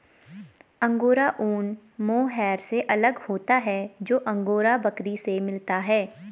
angora ऊन mohair से अलग होता है जो अंगोरा बकरी से मिलता है